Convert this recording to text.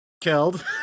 killed